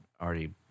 already